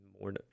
more